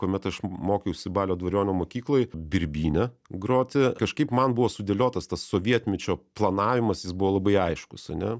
kuomet aš mokiausi balio dvariono mokykloje birbyne groti kažkaip man buvo sudėliotas tas sovietmečio planavimas jis buvo labai aiškus ane